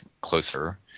closer